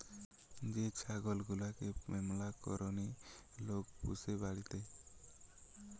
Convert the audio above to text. যে ছাগল গুলাকে ম্যালা কারণে লোক পুষে বাড়িতে